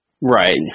Right